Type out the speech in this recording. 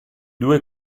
due